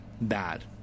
bad